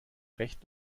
recht